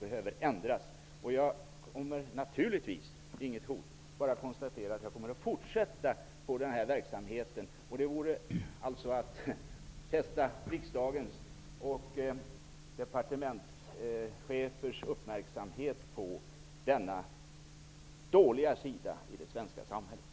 En förändring behövs. Jag kommer naturligtvis -- detta är inget hot utan ett konstaterande -- att fortsätta att fästa riksdagens och departementschefernas uppmärksamhet på denna dåliga sida av det svenska samhället.